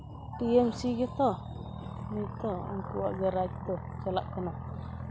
T M C ᱜᱮᱛᱚ ᱱᱤᱛ ᱫᱚ ᱩᱱᱠᱩᱣᱟᱜ ᱜᱮ ᱨᱟᱡᱽ ᱫᱚ ᱪᱟᱞᱟᱜ ᱠᱟᱱᱟ